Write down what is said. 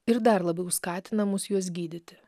ir dar labiau skatina mus juos gydyti